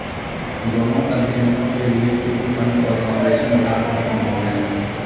दोनों अध्ययनों के लिए सिटी फंड और फाउंडेशन ग्रांट खत्म हो गए हैं